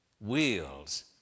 wheels